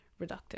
reductive